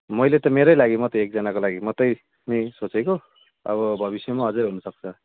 मैले त मेरै लागि मात्रै एकजनाको लागि मात्रै नि सोचेको अब भविष्यमा अझै हुनुसक्छ